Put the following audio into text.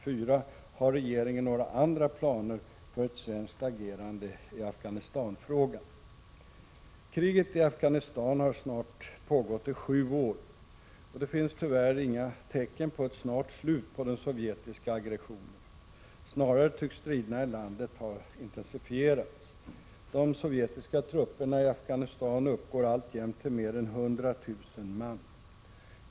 4) Har regeringen några andra planer för ett svenskt agerande i Afghanistanfrågan? Kriget i Afghanistan har snart pågått i sju år. Det finns tyvärr inga tecken på ett snart slut på den sovjetiska aggressionen. Snarare tycks striderna i landet ha intensifierats. De sovjetiska trupperna i Afghanistan uppgår alltjämt till mer än 100 000 man.